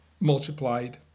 multiplied